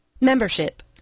Membership